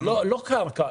לא קרקע.